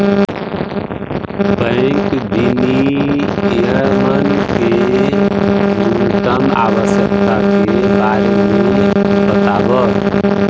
bank विनियमन के न्यूनतम आवश्यकता के बारे में बतावऽ